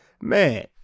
man